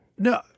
No